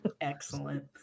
Excellent